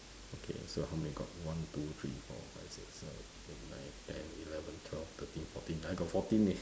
okay so how many got one two three four five six seven eight nine ten eleven twelve thirteen fourteen I got fourteen eh